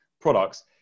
products